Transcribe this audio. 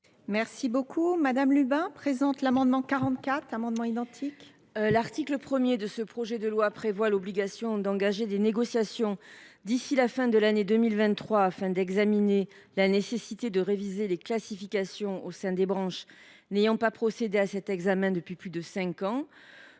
Mme Monique Lubin, pour présenter l’amendement n° 44 rectifié. L’article 1 du projet de loi prévoit l’obligation d’engager des négociations d’ici à la fin de l’année 2023, afin d’examiner la nécessité de réviser les classifications au sein des branches n’ayant pas procédé à cet examen depuis plus de cinq ans.